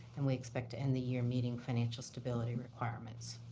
and we expect to end the year meeting financial stability requirements.